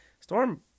storm